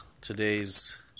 today's